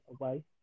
away